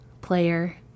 player